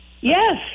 yes